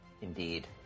Indeed